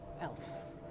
else